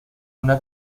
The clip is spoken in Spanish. una